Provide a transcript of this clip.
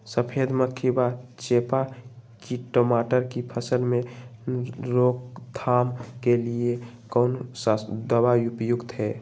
सफेद मक्खी व चेपा की टमाटर की फसल में रोकथाम के लिए कौन सा दवा उपयुक्त है?